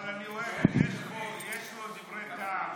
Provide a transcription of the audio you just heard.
אבל אני רואה, יש פה דברי טעם.